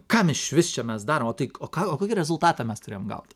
kam išvis čia mes darom o tai o ką o kokį rezultatą mes turėjom gaut